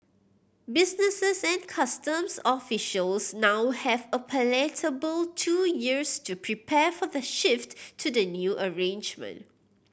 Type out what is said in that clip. businesses and customs officials now have a palatable two years to prepare for the shift to the new arrangement